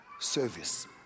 Service